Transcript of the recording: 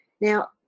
Now